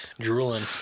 Drooling